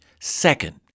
Second